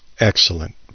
Excellent